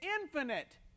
infinite